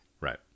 Right